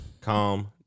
Calm